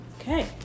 okay